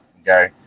Okay